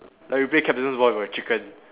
like we play captain's ball with a chicken